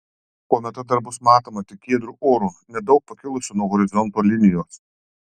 kometa dar bus matoma tik giedru oru nedaug pakilusi nuo horizonto linijos